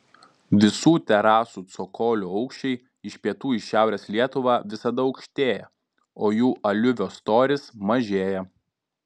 visų terasų cokolių aukščiai iš pietų į šiaurės lietuvą visada aukštėja o jų aliuvio storis mažėja